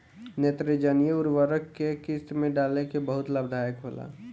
नेत्रजनीय उर्वरक के केय किस्त में डाले से बहुत लाभदायक होला?